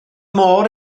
môr